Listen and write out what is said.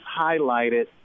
highlighted